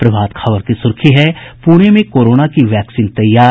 प्रभात खबर की सुर्खी है पुणे में कोरोना की वैक्सीन तैयार